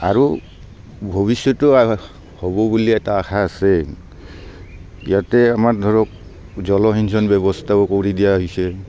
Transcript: আৰু ভৱিষ্যতেও হ'ব বুলি এটা আশা আছে ইয়াতে আমাৰ ধৰক জলসিঞ্চন ব্যৱস্থাও কৰি দিয়া হৈছে